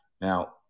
Now